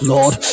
Lord